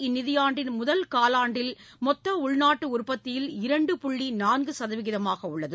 இந்நிதியாண்டின் முதல் காலாண்டில் மொத்த உள்நாட்டு உற்பத்தியில் இரண்டு புள்ளி நான்கு சதவீதமாக உள்ளது